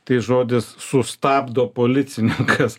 tai žodis sustabdo policininkas